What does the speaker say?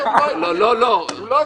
הוא לא הבין.